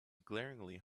glaringly